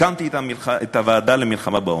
הקמתי את הוועדה למלחמה בעוני.